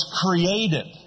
created